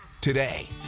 today